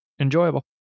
Enjoyable